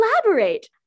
collaborate